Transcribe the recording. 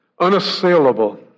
unassailable